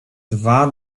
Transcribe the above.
dwa